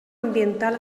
ambiental